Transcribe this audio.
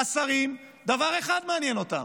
השרים, דבר אחד מעניין אותם: